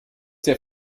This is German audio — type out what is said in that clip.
der